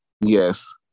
Yes